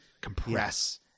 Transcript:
compress